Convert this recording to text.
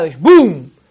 boom